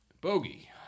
bogey